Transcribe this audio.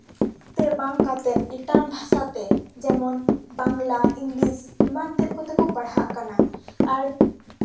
ᱛᱮ ᱵᱟᱝᱠᱟᱛᱮ ᱮᱴᱟᱜ ᱵᱷᱟᱥᱟ ᱛᱮ ᱡᱮᱢᱚᱱ ᱵᱟᱝᱞᱟ ᱤᱝᱞᱤᱥ ᱮᱢᱟᱱᱛᱮᱫ ᱠᱚᱛᱮ ᱠᱚ ᱯᱟᱲᱦᱟᱜ ᱠᱟᱱᱟ ᱟᱨ